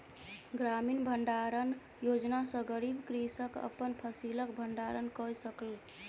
ग्रामीण भण्डारण योजना सॅ गरीब कृषक अपन फसिलक भण्डारण कय सकल